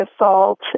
assault